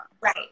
Right